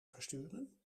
versturen